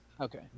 Okay